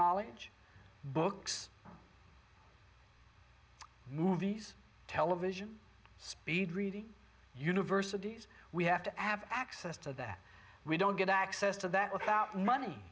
knowledge books movies television speed reading universities we have to have access to that we don't get access to that what about money